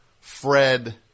Fred